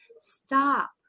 stop